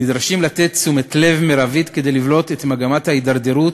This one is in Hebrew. נדרשים לתת תשומת לב מרבית כדי לבלום את מגמת ההידרדרות